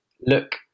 look